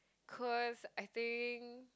cause I think